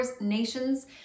nations